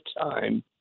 time